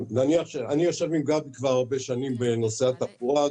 אני יושב עם גבי כבר הרבה שנים בנושא התחבורה,